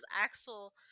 Axel